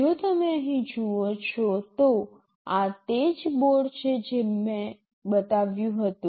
જો તમે અહીં જુઓ છો તો આ તે જ બોર્ડ છે જે મેં બતાવ્યું હતું